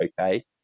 okay